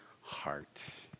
heart